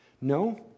No